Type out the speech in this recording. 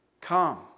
Come